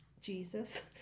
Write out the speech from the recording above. Jesus